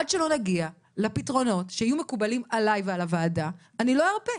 עד שלא נגיע לפתרונות שיהיו מקובלים עליי ועל הוועדה אני לא ארפה.